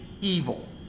evil